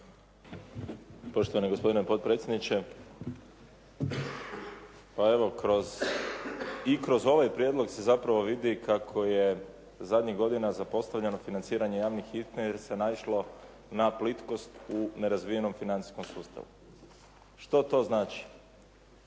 Poštovani gospodine potpredsjedniče. Pa evo i kroz ovaj prijedlog se zapravo vidi kako je zadnjih godina zapostavljena financiranje javnih interesa naišlo na plitkost u nerazvijenom financijskom sustavu. Što to znači?